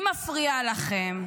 היא מפריעה לכם.